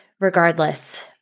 Regardless